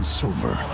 silver